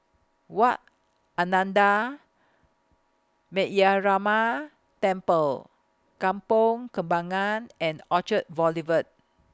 Wat Ananda Metyarama Temple Kampong Kembangan and Orchard Boulevard